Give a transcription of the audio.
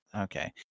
Okay